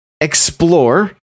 explore